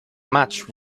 matched